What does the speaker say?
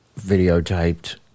videotaped